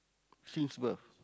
since birth